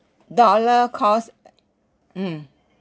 dollar cost mm